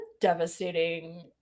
devastating